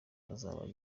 azaba